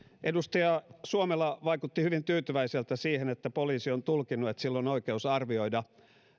edustaja suomela vaikutti hyvin tyytyväiseltä siihen että poliisi on tulkinnut että sillä on oikeus arvioida